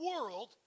world